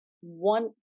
one